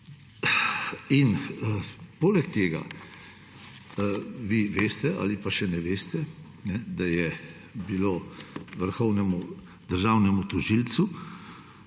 Poleg tega vi veste ali pa še ne veste, da je bila vrhovnemu državnemu tožilcu